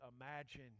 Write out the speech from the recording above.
imagine